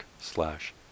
slash